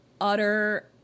utter